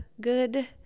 good